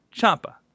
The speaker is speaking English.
Champa